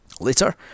Later